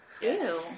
Ew